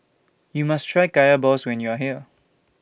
YOU must Try Kaya Balls when YOU Are here